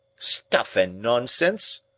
stuff and nonsense!